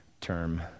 term